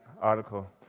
article